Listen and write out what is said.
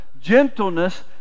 gentleness